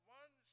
one